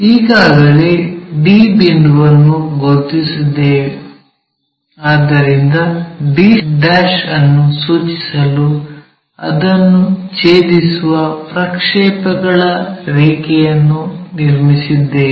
ಈಗಾಗಲೇ d ಬಿಂದುವನ್ನು ಗುರುತಿಸಿದ್ದೇವೆ ಆದ್ದರಿಂದ d' ಅನ್ನು ಸೂಚಿಸಲು ಅದನ್ನು ಛೇದಿಸುವ ಪ್ರಕ್ಷೇಪಗಳ ರೇಖೆಯನ್ನು ನಿರ್ಮಿಸಿದ್ದೇವೆ